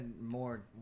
More